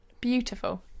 beautiful